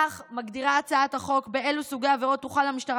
כן מגדירה הצעת החוק באילו סוגי עבירות תוכל המשטרה